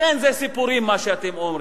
לכן, זה סיפורים, מה שאתם אומרים.